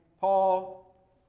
Paul